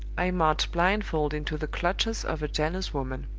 i marched blindfold into the clutches of a jealous woman.